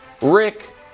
Rick